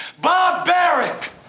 Barbaric